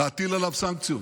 להטיל עליו סנקציות.